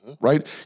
right